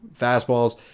fastballs